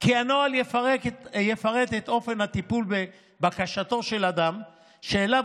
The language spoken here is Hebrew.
כי הנוהל יפרט את אופן הטיפול בבקשתו של אדם שאליו